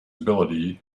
abilities